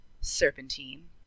Serpentine